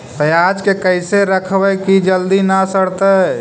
पयाज के कैसे रखबै कि जल्दी न सड़तै?